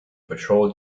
patrol